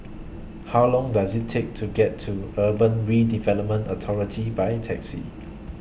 How Long Does IT Take to get to Urban Redevelopment Authority By Taxi